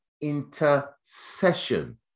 intercession